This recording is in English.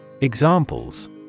Examples